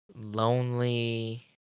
lonely